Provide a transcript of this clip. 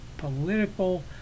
political